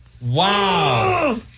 Wow